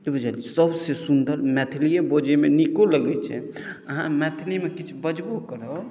कि बुझलियै सभसँ सुन्दर मैथिलिए बजैमे नीको लगैत छै अहाँ मैथिलीमे किछु बजबो करब